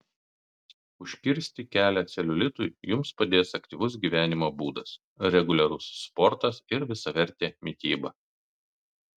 užkirsti kelią celiulitui jums padės aktyvus gyvenimo būdas reguliarus sportas ir visavertė mityba